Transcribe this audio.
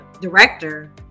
director